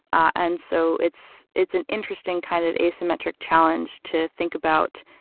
and so it's it's an interesting, kind of asymmetric challenge to think about,